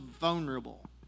vulnerable